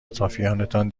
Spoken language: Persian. اطرافیانتان